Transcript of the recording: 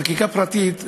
חקיקה פרטית,